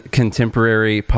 contemporary